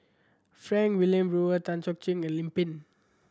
Frank Wilmin Brewer Tan Cheng Ching and Lim Pin